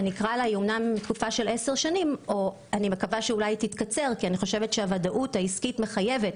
אני מקווה שהתקופה תתקצר כי הוודאות העסקית מחייבת